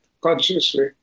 consciously